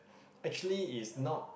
actually it's not